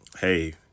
Hey